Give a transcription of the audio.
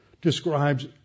describes